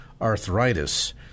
arthritis